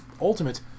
ultimate